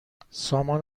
سامان